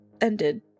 ended